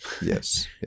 Yes